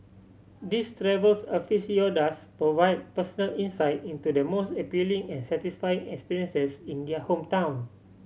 these travels aficionados provide personal insight into the most appealing and satisfying experiences in their hometown